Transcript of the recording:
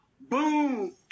Boom